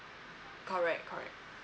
correct correct